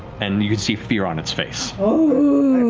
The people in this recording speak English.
and you can see fear on its face.